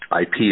IP